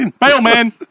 Mailman